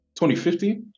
2015